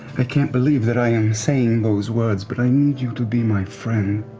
i can't believe that i am saying those words, but i need you to be my friend.